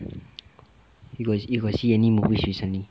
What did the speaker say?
you got you got see any movies recently